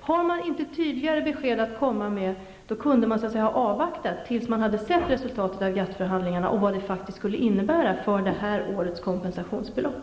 Har man inte tydligare besked att komma med kunde man ha avvaktat tills man hade sett resultatet av GATT-förhandlingarna och vad de faktiskt skulle innebära för det här årets kompensationsbelopp.